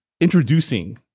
introducing